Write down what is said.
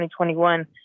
2021